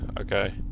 okay